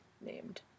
named